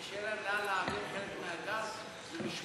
כדי שיהיה להם לאן להעביר חלק מהגז למשמרת.